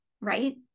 right